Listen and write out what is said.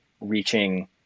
reaching